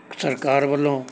ਸਰਕਾਰ ਵੱਲੋਂ